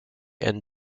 and